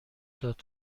داد